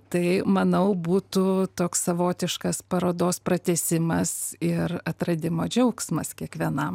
tai manau būtų toks savotiškas parodos pratęsimas ir atradimo džiaugsmas kiekvienam